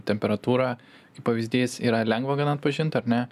temperatūra kaip pavyzdys yra lengva gana atpažint ar ne